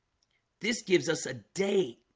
this gives us a date